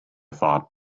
thought